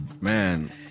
Man